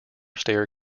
stair